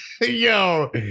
Yo